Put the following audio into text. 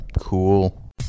Cool